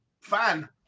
fan